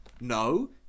no